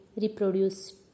reproduce